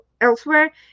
elsewhere